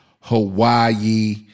Hawaii